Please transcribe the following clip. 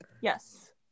Yes